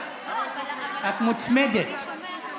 את מוצמדת.